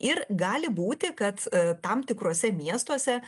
ir gali būti kad tam tikruose miestuose